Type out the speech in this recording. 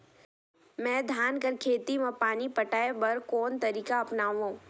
मैं धान कर खेती म पानी पटाय बर कोन तरीका अपनावो?